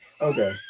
Okay